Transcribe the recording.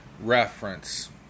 reference